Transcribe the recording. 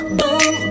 boom